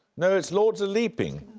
no, it's lords a leaping.